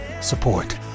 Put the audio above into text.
Support